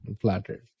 flattered